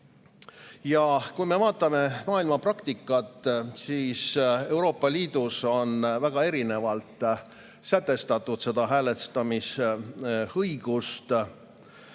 Kui me vaatame maailma praktikat, siis Euroopa Liidus on väga erinevalt sätestatud seda hääletamisõigust,